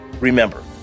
Remember